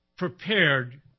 prepared